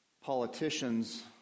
Politicians